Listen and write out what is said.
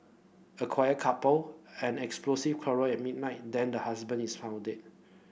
a quiet couple an explosive quarrel at midnight then the husband is found deed